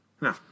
No